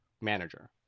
manager